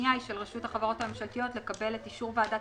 השנייה היא של רשות החברות הממשלתיות לקבל את אישור ועדת